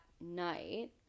night